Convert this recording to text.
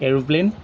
aero plane